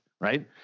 right